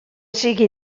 sigui